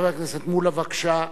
חבר הכנסת מולה, בבקשה,